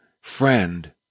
friend